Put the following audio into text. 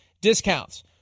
discounts